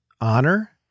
honor